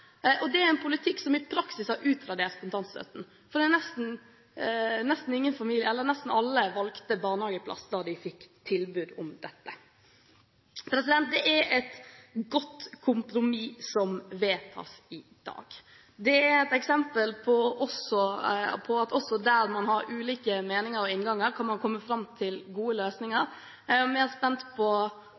og det er en politikk som i praksis har utradert kontantstøtten, for nesten alle valgte barnehageplass da de fikk tilbud om dette. Det er et godt kompromiss som vedtas i dag. Det er et eksempel på at også der man har ulike meninger og innganger, kan man komme fram til gode løsninger. Jeg er mer spent på